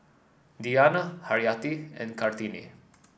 Diyana Haryati and Kartini